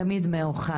הוא תמיד מאוחד.